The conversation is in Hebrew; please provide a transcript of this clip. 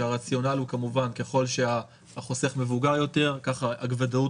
כשהרציונל הוא כמובן שככל שהחוסך מבוגר יותר כך הוודאות